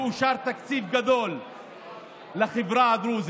שאושר תקציב גדול לחברה הדרוזית,